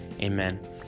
Amen